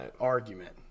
argument